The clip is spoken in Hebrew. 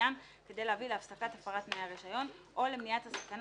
העניין כדי להביא להפסקת הפרת תנאי הרישיון או למניעת הסכנה